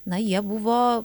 na jie buvo